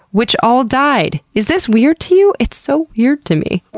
which all died! is this weird to you? it's so weird to me.